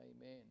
amen